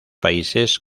países